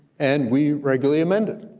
and we regularly amend it.